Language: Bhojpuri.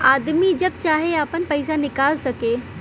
आदमी जब चाहे आपन पइसा निकाल सके